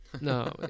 No